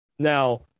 Now